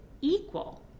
equal